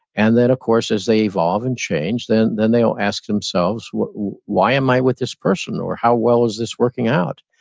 and then of course as they evolve and change then then they'll ask themselves, why am i with this person? or, how well is this working out?